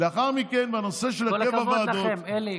כל הכבוד לכם, אלי.